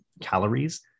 calories